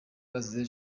bazize